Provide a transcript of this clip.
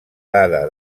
dada